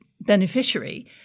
beneficiary